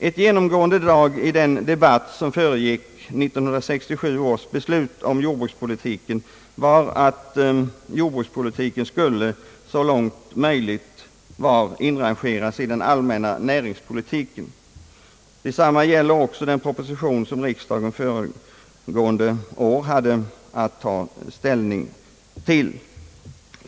Ett genomgående drag i den debatt som föregick 1967 års beslut om jordbrukspolitiken var att denna så långt möjligt skulle inordnas i den allmänna näringspolitiken; detsamma gäller också beträffande den proposition som riksdagen föregående år hade att ta ställning till.